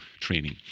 training